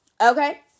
okay